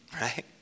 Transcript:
right